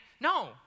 No